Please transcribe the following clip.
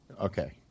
Okay